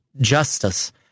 justice